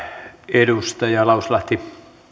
edustaja